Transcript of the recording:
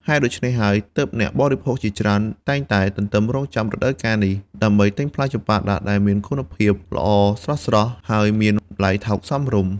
ហេតុដូច្នេះហើយ ទើបអ្នកបរិភោគជាច្រើនតែងតែទន្ទឹងរង់ចាំរដូវកាលនេះ ដើម្បីទិញផ្លែចម្ប៉ាដាក់ដែលមានគុណភាពល្អ ស្រស់ៗ ហើយមានតម្លៃថោកសមរម្យ។